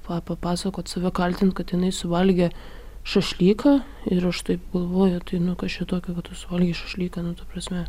pa papasakot save kaltint kad jinai suvalgė šašlyką ir aš taip galvoju tai nu kas čia tokio kad tu suvalgei šašlyką nu ta prasme